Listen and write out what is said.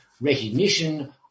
recognition